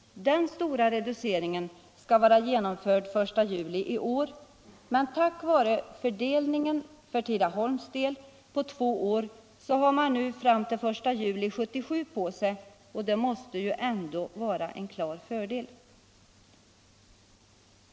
Den stora reduceringen skall vara genomförd den 1 juli i år. Tidaholmsanstalten får, tack vare fördelningen på två år, tiden fram till den 1 juli 1977 på sig, och det måste ju ändå vara en klar fördel.